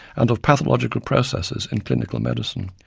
and of pathological processes in clinical medicine.